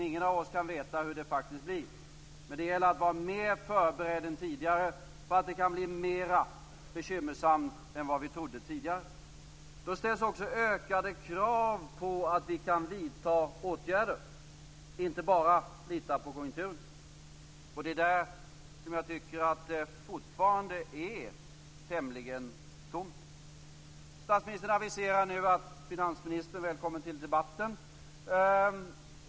Ingen av oss kan veta hur det faktiskt blir. Men det gäller att vara mer förberedd än tidigare på att det kan blir mer bekymmersamt än vad vi tidigare trodde. Då ställs också ökade krav på att vi kan vidta åtgärder och inte bara lita på konjunkturer. Det är där som jag tycker att det fortfarande är tämligen tomt. Statsministern aviserar nu att finansministern - välkommen till debatten!